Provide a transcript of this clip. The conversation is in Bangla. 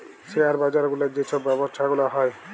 শেয়ার বাজার গুলার যে ছব ব্যবছা গুলা হ্যয়